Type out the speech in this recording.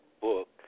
book